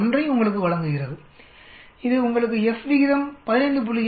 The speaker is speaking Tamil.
01 ஐ உங்களுக்கு வழங்குகிறது இது உங்களுக்கு F விகிதம் 15